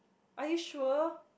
are you sure